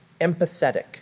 empathetic